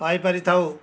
ପାଇପାରି ଥାଉ